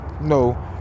no